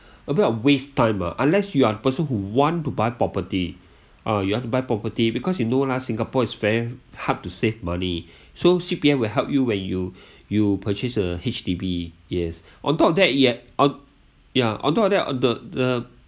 a bit of waste time ah unless you are person who want to buy property uh you have to buy property because you know lah singapore is ver~ hard to save money so C_P_F will help you when you you purchase a H_D_B yes on top of that yup ya on top of that the the